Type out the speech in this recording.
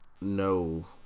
no